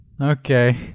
Okay